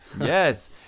Yes